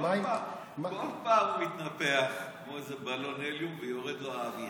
כל פעם הוא מתנפח כמו איזה בלון הליום ויורד לו האוויר.